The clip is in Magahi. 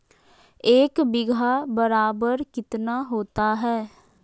एक बीघा बराबर कितना होता है?